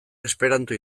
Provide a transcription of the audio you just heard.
esperanto